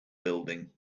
building